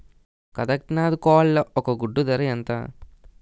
కదక్నత్ కోళ్ల ఒక గుడ్డు ధర ఎంత?